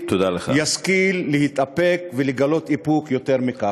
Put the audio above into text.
ישכיל להתאפק ולגלות איפוק יותר מכך.